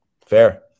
fair